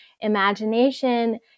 imagination